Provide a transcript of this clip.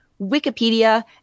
Wikipedia